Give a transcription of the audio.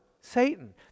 Satan